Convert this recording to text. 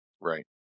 right